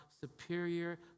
superior